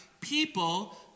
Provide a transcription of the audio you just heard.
people